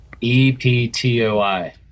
E-P-T-O-I